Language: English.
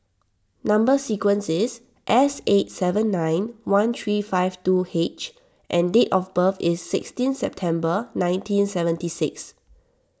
Number Sequence is S eight seven nine one three five two H and date of birth is sixteen September nineteen seventy six